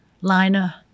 liner